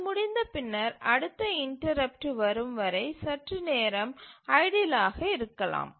அது முடிந்த பின்னர் அடுத்த இன்டரப்ட்டு வரும் வரை சற்று நேரம் ஐடில் ஆக இருக்கலாம்